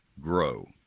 GROW